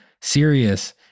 serious